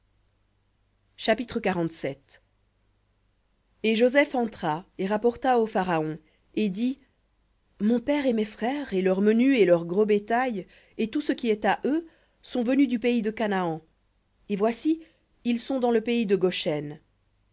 chapitre et joseph entra et rapporta au pharaon et dit mon père et mes frères et leur menu et leur gros bétail et tout ce qui est à eux sont venus du pays de canaan et voici ils sont dans le pays de